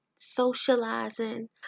socializing